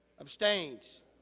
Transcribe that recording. Abstains